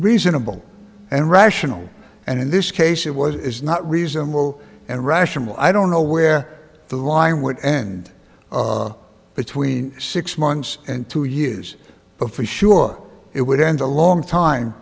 reasonable and rational and in this case it was is not reasonable and rational i don't know where the line would end between six months and two use but for sure it would end a long time